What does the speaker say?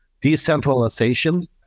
decentralization